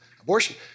abortion